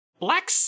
Black